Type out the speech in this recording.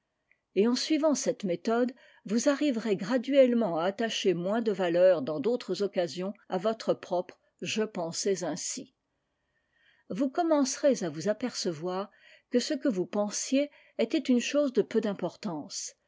et en suivant cette méthode vous arriverez graduellement à attacher moins de valeur dans d'autres occasions à votre propre je pensais ainsi m vous commencerez à vous apercevoir que ce que vous pensiez était une chose de peu d'importance